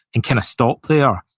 and kind of stop there,